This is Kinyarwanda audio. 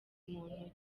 muntu